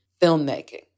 filmmaking